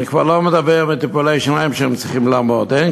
אני כבר לא מדבר על טיפולי שיניים שהם צריכים לעמוד בהם.